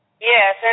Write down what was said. Yes